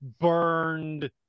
burned